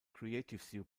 creative